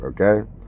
okay